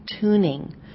tuning